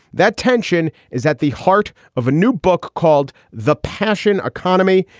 that tension is at the heart of a new book called the passion economy.